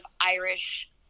irish